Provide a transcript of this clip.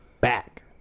back